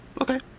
Okay